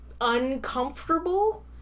uncomfortable